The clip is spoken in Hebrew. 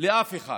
לאף אחד.